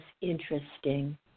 interesting